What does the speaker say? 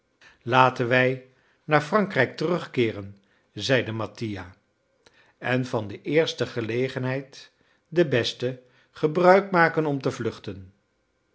laten wij naar frankrijk terugkeeren zeide mattia en van de eerste gelegenheid de beste gebruik maken om te vluchten